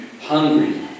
hungry